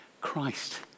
Christ